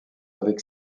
avec